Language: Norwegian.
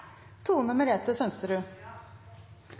Tone Merete Sønsterud.